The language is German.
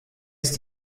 ist